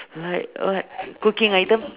like what cooking item